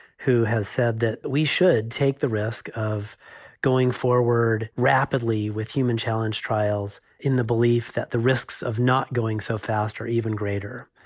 who has said that we should take the risk of going forward rapidly with human challenge trials in the belief that the risks of not going so fast are even greater.